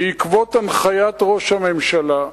בעקבות הנחיית ראש הממשלה,